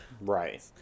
right